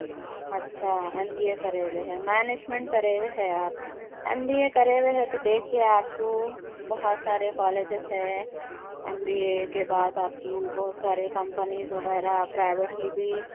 اچھا M B A کرے ہو ئے ہے مینجمینٹ کرے ہوئے ہے آپ ایم بی اے کرے ہوئے ہے تو دیکھیے آپ کو بہت سارے کالجز ہے ایم بی اے کے بعد آپ کو بہت سارے کمپنیز وغیرہ پرایٔیوٹلی بھی